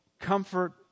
comfort